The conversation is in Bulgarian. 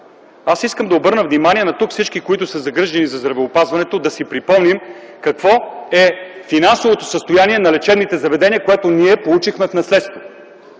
Искам да обърна внимание на всички тук, които са загрижени за здравеопазването, да си припомним какво е финансовото състояние на лечебните заведения, което ние получихме в наследство,